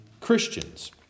Christians